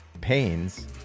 pains